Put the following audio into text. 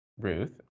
Ruth